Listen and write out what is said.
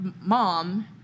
mom